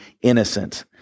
innocent